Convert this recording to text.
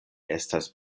estas